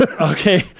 Okay